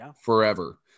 forever